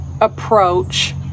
approach